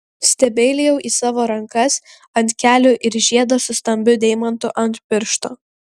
stebeilijau į savo rankas ant kelių ir žiedą su stambiu deimantu ant piršto